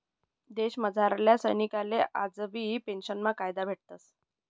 देशमझारल्या सैनिकसले आजबी पेंशनना फायदा भेटस